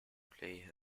play